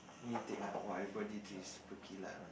new intake ah everybody drill is super one